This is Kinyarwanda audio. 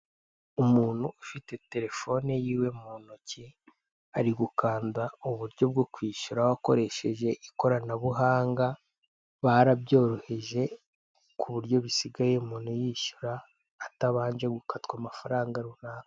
Umuntu ufite telefone y'iwe mu ntoki, ari gukanda mu buryo bwo ku ishyura akoresheje ikoranabuhanga, barabyoroheje kuburyo bisigaye umuntu yishyura atabanje gukatwa amafaranga runaka.